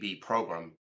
program